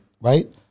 Right